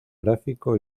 gráfico